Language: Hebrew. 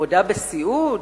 עבודה בסיעוד?